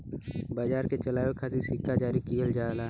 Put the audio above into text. बाजार के चलावे खातिर सिक्का जारी किहल जाला